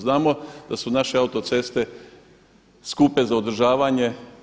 Znamo da su naše autoceste skupe za održavanje.